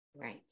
right